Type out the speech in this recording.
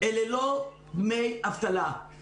אלה לא דמי אבטלה.